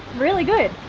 really good.